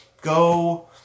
go